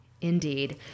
Indeed